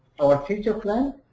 our future plan,